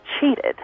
cheated